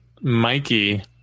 Mikey